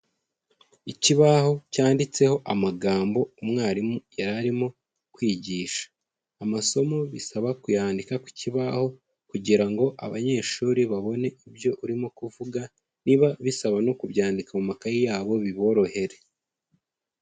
Ikibaho cyanditseho amagambo umwarimu yari arimo kwigisha, amasomo bisaba kuyandika ku kibaho, kugira ngo abanyeshuri babone ibyo urimo kuvuga niba bisaba no kubyandika mu makayi yabo biborohere.